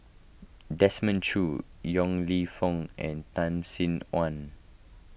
Desmond Choo Yong Lew Foong and Tan Sin Aun